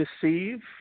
deceive